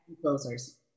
closers